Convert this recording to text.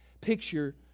picture